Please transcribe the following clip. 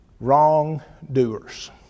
wrongdoers